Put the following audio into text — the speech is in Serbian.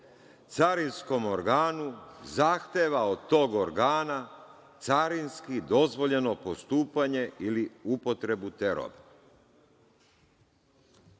carinskom organu zahteva od tog organa carinski dozvoljeno postupanje ili upotrebu te